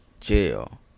Jail